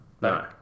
No